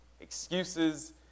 Excuses